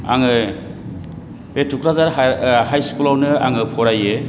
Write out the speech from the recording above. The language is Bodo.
आङो बे टुक्राझार हाइ स्कुलावनो आङो फरायो